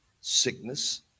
sickness